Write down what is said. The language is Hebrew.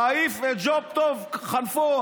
תעיף את ג'וב טוב כלפון.